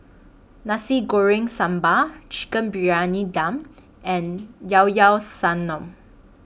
Nasi Goreng Sambal Chicken Briyani Dum and Llao Llao Sanum